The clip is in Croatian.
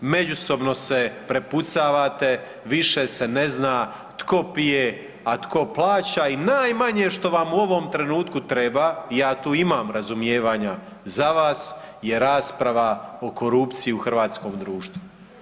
Međusobno se prepucavate, više se ne zna tko pije, a tko plaća i najmanje što vam u ovom trenutku treba i ja tu imam razumijevanja za vas je rasprava o korupciji u hrvatskom društvu.